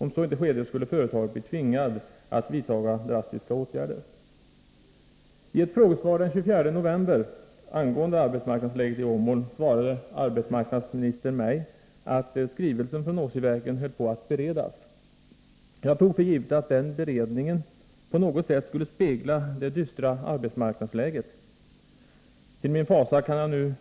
Om detta inte kom till stånd skulle företaget bli tvingat att vidta drastiska åtgärder. I ett frågesvar den 24 november angående arbetsmarknadsläget i Åmål svarade arbetsmarknadsministern mig att skrivelsen från Åsiverken höll på att beredas. Jag tog för givet att den beredningen på något sätt skulle spegla det dystra arbetsmarknadsläget. Till min fasa kan jag nu